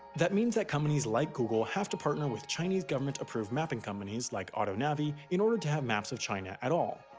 that means that companies like google have to partner with chinese government-approved mapping companies, like autonavi, in order to have maps of china at all.